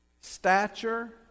stature